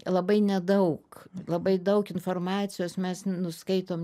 labai nedaug labai daug informacijos mes nuskaitom